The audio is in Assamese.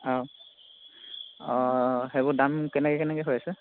অঁ অঁ সেইবোৰ দাম কেনেকৈ কেনেকৈ হৈ আছে